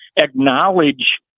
acknowledge